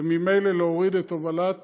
וממילא להוריד את הובלת